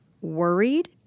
worried